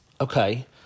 Okay